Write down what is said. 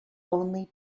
only